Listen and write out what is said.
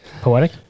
Poetic